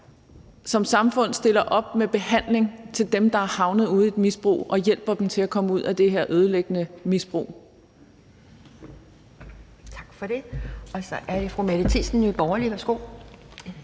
som samfund stiller op med behandling til dem, der er havnet ude i et misbrug, og hjælper dem til at komme ud af det her ødelæggende misbrug. Kl. 11:34 Anden næstformand (Pia Kjærsgaard): Tak for det. Så er det fru Mette Thiesen, Nye Borgerlige. Værsgo. Kl.